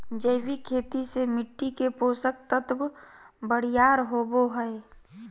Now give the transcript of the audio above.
जैविक खेती से मिट्टी के पोषक तत्व बरियार होवो हय